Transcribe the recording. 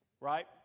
right